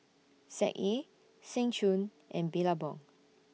Z A Seng Choon and Billabong